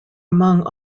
among